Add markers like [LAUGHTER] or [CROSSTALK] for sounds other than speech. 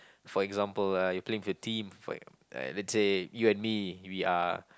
for example uh if you play with a team [NOISE] let's say you and me we are